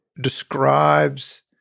describes